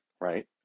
right